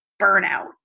burnout